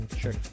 sure